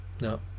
no